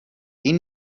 این